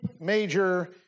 major